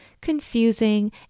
confusing